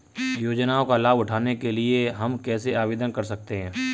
योजनाओं का लाभ उठाने के लिए हम कैसे आवेदन कर सकते हैं?